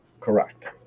Correct